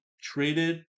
traded